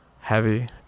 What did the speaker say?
heavy